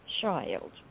child